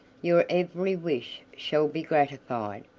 your every wish shall be gratified.